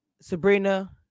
Sabrina